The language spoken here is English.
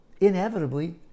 inevitably